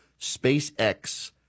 SpaceX